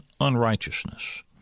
unrighteousness